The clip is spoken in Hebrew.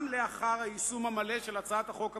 גם לאחר היישום המלא של הצעת החוק הממשלתית,